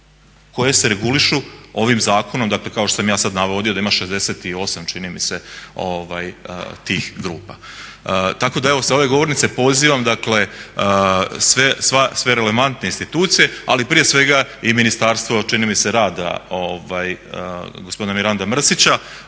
koje se reguliraju ovim zakonom. Dakle, kao što sam ja sad naveo ovdje da ima 68 čini mi se tih grupa. Tako da evo sa ove govornice pozivam dakle sve relevantne institucije, ali prije svega i Ministarstvo rada, gospodina Miranda Mrsića,